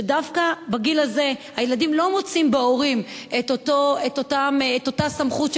שדווקא בגיל הזה הילדים לא מוצאים בהורים את אותה סמכות,